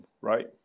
right